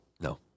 No